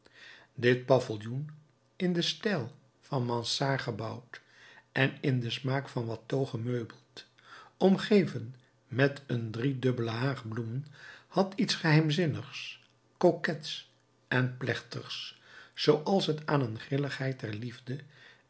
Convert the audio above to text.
dit paviljoen in den stijl van mansard gebouwd en in den smaak van watteau gemeubeld omgeven met een driedubbele haag bloemen had iets geheimzinnigs coquets en plechtigs zooals het aan een grilligheid der liefde